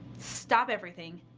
stop everything,